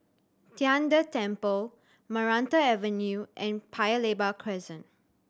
Tian De Temple Maranta Avenue and Paya Lebar Crescent